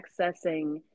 accessing